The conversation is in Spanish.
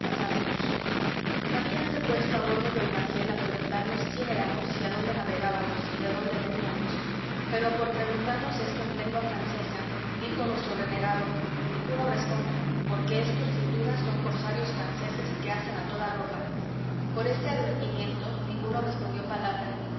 que pasásemos habíanse puesto a bordo del bajel a preguntarnos quién éramos y adónde navegábamos y de dónde veníamos pero por preguntarnos esto en lengua francesa dijo nuestro renegado ninguno responda porque éstos sin duda son cosarios franceses que hacen a toda ropa por este advertimiento ninguno respondió palabra